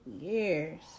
years